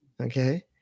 Okay